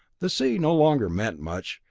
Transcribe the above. the sea no longer meant much,